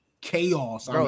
chaos